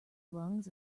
lungs